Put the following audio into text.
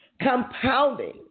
Compounding